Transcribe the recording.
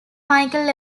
michael